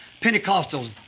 Pentecostals